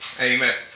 Amen